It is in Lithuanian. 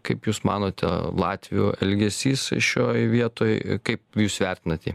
kaip jūs manote latvių elgesys šioj vietoj kaip jūs vertinat jį